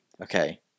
okay